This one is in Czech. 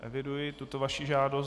Eviduji tuto vaši žádost.